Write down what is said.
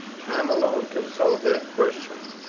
time alone can solve that question.